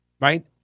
right